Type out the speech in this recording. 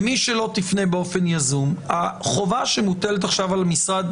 מי שלא תפנה באופן יזום החובה שמוטלת עכשיו על משרד